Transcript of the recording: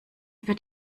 wird